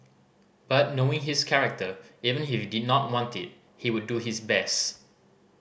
but knowing his character even if he did not want it he would do his best